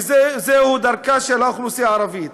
וזוהי דרכה של האוכלוסייה הערבית.